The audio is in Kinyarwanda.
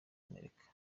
amerika